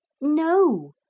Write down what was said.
no